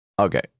Okay